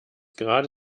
gerade